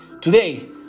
Today